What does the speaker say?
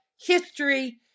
history